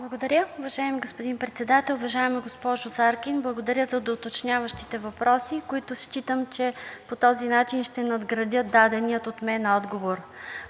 Благодаря. Уважаеми господин Председател! Уважаема госпожо Заркин, благодаря за доуточняващите въпроси, които считам, че по този начин ще надградят дадения от мен отговор.